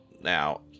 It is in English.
Now